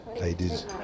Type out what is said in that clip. ladies